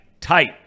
tight